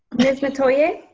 ms. metoyer?